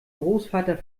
großvater